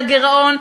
על הגירעון,